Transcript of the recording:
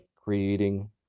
creating